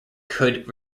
could